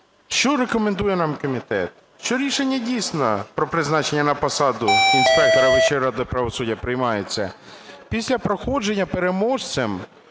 що рекомендує нам комітет? Що рішення, дійсно, про призначення на посаду інспектора Вищої ради правосуддя приймається після проходження переможцем